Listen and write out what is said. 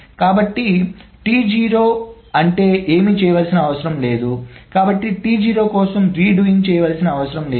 కాబట్టి T0 అంటే ఏమీ చేయనవసరం లేదు కాబట్టి T0 కోసం రీడూయింగ్ చేయవలసిన అవసరం లేదు